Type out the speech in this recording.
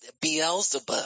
Beelzebub